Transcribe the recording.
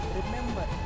remember